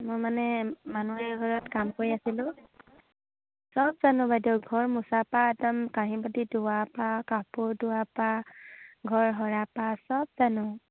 মই মানে মানুহে ঘৰত কাম কৰি আছিলোঁ চব জানো বাইদেউ ঘৰ মোচাৰপৰা একদম কাঁহী বাতি ধোৱাৰপৰা কাপোৰ ধোৱাৰপৰা ঘৰ সৰাৰপৰা চব জানো